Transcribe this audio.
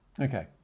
okay